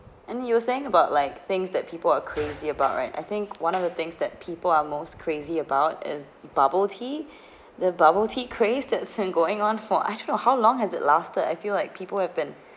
and you were saying about like things that people are crazy about right I think one of the things that people are most crazy about is bubble tea the bubble tea craze that's been going on for I don't know how long has it lasted I feel like people have been